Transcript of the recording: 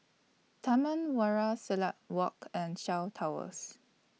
Taman Warna Silat Walk and Shaw Towers